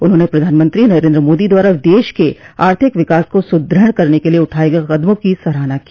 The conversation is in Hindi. उन्होंने प्रधानमंत्री नरेन्द्र मोदी द्वारा देश के आर्थिक विकास को सुदृढ़ करने के लिये उठाये गये कदमों की सराहना की